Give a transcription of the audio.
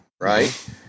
Right